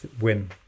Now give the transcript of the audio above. win